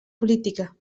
política